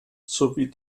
sowie